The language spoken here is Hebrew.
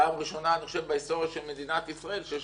פעם ראשונה בהיסטוריה של מדינת ישראל שיש